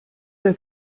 der